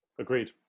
Agreed